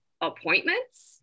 appointments